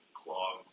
clog